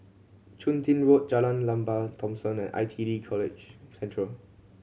Chun Tin Road Jalan Lembah Thomson and I T E College Central